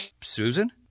Susan